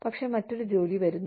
പക്ഷേ മറ്റൊരു ജോലി വരുന്നു